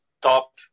top